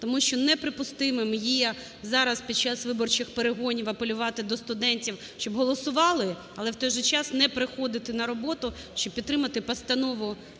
Тому що неприпустимим є зараз, під час виборчих перегонів, апелювати до студентів, щоб голосували, але в той же час не приходити на роботу, щоб підтримати постанову